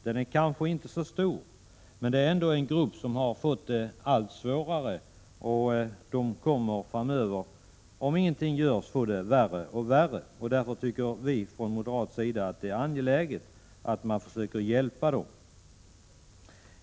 Den är kanske inte så stor, men det är ändå en grupp som fått det allt svårare. Dessa personer kommer — om ingenting görs — att få det värre och värre. Därför tycker vi från moderat sida att det är angeläget att försöka hjälpa dem.